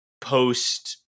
post